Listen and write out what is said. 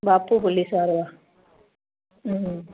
ॿापू police वारो आहे हूं हूं